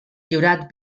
lliurat